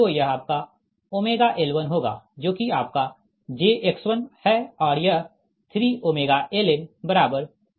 तो यह आपका L1 होगा जो कि आपका jX1 है और यह 3Ln3 Xn के साथ है